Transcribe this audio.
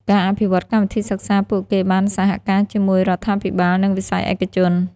ការអភិវឌ្ឍកម្មវិធីសិក្សាពួកគេបានសហការជាមួយរដ្ឋាភិបាល និងវិស័យឯកជន។